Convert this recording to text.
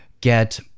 get